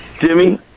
Jimmy